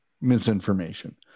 misinformation